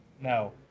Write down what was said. no